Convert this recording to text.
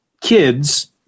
kids